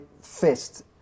fist